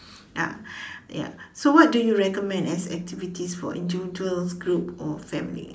ya ya so what do you recommend as activities for individuals group or family